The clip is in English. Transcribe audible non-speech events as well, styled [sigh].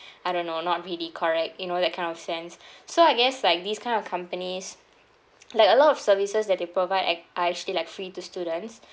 [breath] I don't know not really correct you know that kind of sense so I guess like these kind of companies like a lot of services that they provide a~ are actually like free to students